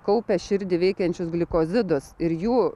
kaupia širdį veikiančius glikozidus ir jų